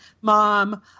mom